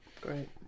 Great